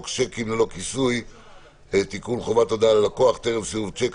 שיקים ללא כיסוי (תיקון חובת הודעה ללקוח טרם סירוב שיק),